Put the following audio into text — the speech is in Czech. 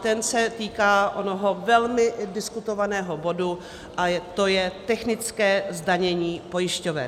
Ten se týká onoho velmi diskutovaného bodu a to je technické zdanění pojišťoven.